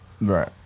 Right